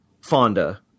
Fonda